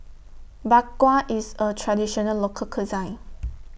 Bak Kwa IS A Traditional Local Cuisine